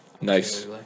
Nice